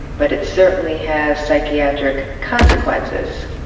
but it certainly has psychiatric consequences.